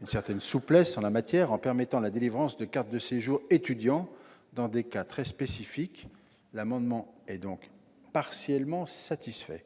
une certaine souplesse en la matière, en permettant la délivrance de cartes de séjour « étudiant » dans des cas très spécifiques. Les amendements sont donc partiellement satisfaits.